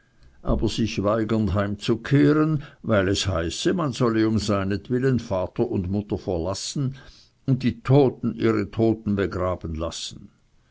aber sich weigernd heimzukehren weil es heiße man solle um seinetwillen vater und mutter verlassen und die toten ihre toten begraben lassen